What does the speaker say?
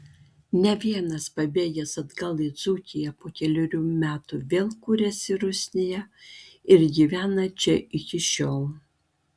ne vienas parbėgęs atgal į dzūkiją po kelerių metų vėl kūrėsi rusnėje ir gyvena čia iki šiol